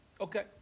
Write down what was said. Okay